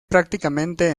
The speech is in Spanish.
prácticamente